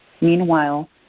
meanwhile